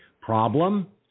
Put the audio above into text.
Problem